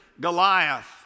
Goliath